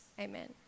Amen